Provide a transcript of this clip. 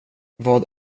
vad